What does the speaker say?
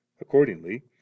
accordingly